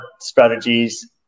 strategies